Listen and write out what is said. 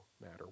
matter